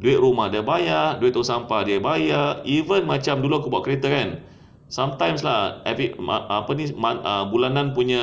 duit rumah dia bayar duit tong sampah dia bayar even macam dulu aku bawa kereta kan sometimes lah bulanan punya